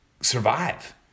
survive